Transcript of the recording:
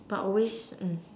but always